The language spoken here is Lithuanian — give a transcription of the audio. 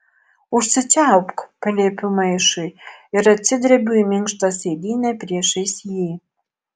užsičiaupk paliepiu maišui ir atsidrebiu į minkštą sėdynę priešais jį